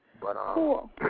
cool